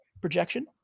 projection